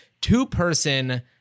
two-person